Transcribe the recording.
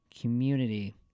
community